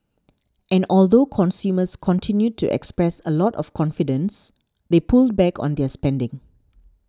and although consumers continued to express a lot of confidence they pulled back on their spending